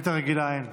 בשאילתה רגילה אין.